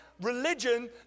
religion